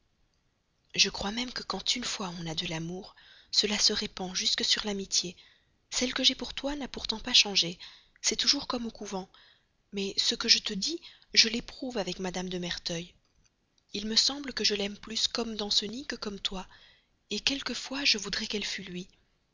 je crois même que quand une fois on a de l'amour cela se répand jusques sur l'amitié celle que j'ai pour toi n'a pourtant pas changé c'est toujours comme au couvent mais ce que je te dis je l'éprouve avec mme de merteuil il me semble que je l'aime plus comme danceny que comme toi quelquefois je voudrais qu'elle fût lui